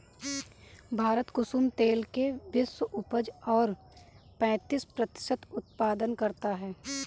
भारत कुसुम तेल के विश्व उपज का पैंतीस प्रतिशत उत्पादन करता है